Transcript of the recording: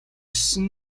есөн